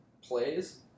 plays